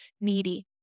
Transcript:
needy